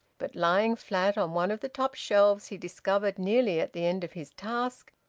but lying flat on one of the top shelves he discovered, nearly at the end of his task,